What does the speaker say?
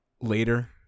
later